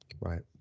Right